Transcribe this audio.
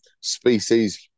species